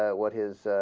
ah what his